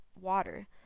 Water